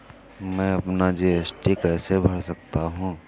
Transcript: मैं अपना जी.एस.टी कैसे भर सकता हूँ?